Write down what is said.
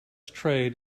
trade